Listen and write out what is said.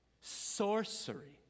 sorcery